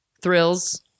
thrills